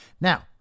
Now